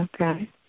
Okay